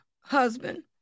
husband